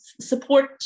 support